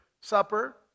supper